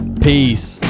Peace